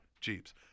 jeeps